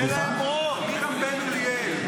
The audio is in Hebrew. עמירם בן אוליאל,